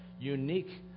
unique